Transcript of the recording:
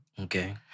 Okay